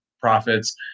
profits